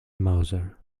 mouser